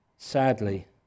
sadly